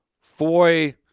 Foy